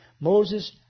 Moses